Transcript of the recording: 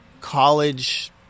college